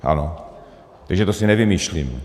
Ano, takže to si nevymýšlím.